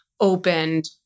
opened